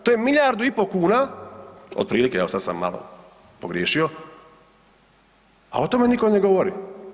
To je milijardu i po kuna, otprilike evo sad sam malo pogriješio, a o tome nitko ne govori.